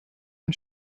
ein